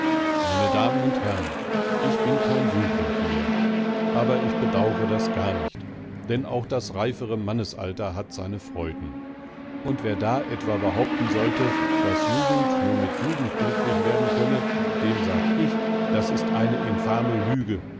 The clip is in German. meine damen und herren ich bin kein jüngling mehr aber ich bedaure das gar nicht denn auch das reifere mannesalter hat seine freuden und wer da etwa behaupten sollte daß jugend nur mit jugend glücklich werden könne dem sag ich das ist eine infame lüge